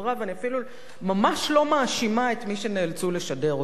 ואני אפילו ממש לא מאשימה את מי שנאלצו לשדר אותה.